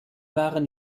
waren